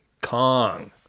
Kong